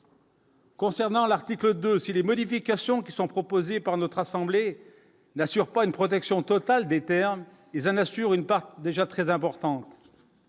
Concernant l'article 2 si les modifications qui sont proposées par notre assemblée n'assure pas une protection totale des Terres et en assure une partie déjà très important.